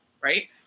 right